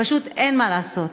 פשוט אין מה לעשות.